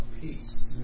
peace